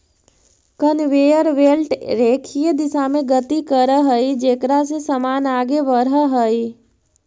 conveyor belt रेखीय दिशा में गति करऽ हई जेकरा से समान आगे बढ़ऽ हई